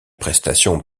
prestations